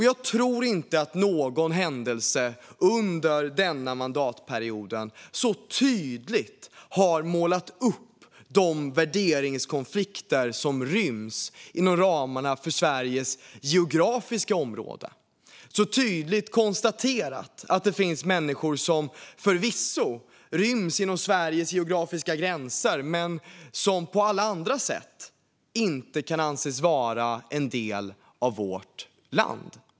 Jag tror inte att någon annan händelse under denna mandatperiod så tydligt har målat upp de värderingskonflikter som ryms inom ramarna för Sveriges geografiska område eller så tydligt visat att det finns människor som förvisso ryms inom Sveriges geografiska gränser men som på alla andra sätt inte kan anses vara en del av vårt land.